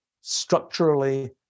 structurally